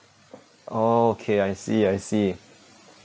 orh okay I see I see